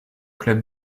club